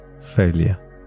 failure